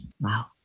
Wow